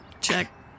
check